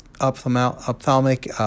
ophthalmic